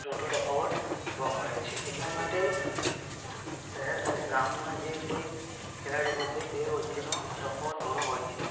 મોટો તફાવત જોવા મળે છે એટલા માટે શહેર અને ગામના જે કોઈ ખેલાડીઓ હોય છે તે વચ્ચેનો તફાવત ઘણો હોય છે